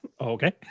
Okay